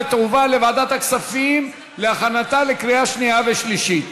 ותועבר לוועדת הכספים להכנתה לקריאה שנייה ושלישית.